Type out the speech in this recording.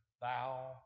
thou